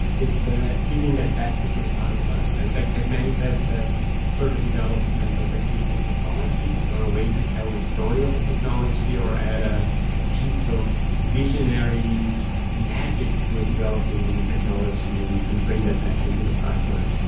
it's feeding that back into the pipeline. and that can manifest as further development of existing technologies or a way to tell the story of a technology or add a a piece of visionary magic to a developing technology and and bring that back into the pipeline.